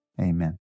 Amen